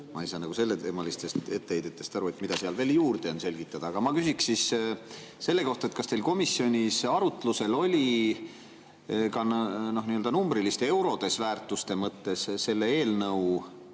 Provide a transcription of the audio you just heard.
ma ei saa selleteemalistest etteheidetest aru, et mida seal veel juurde on selgitada. Aga ma küsin selle kohta. Kas teil komisjonis oli arutlusel numbriliste – eurodes – väärtuste mõttes selle eelnõu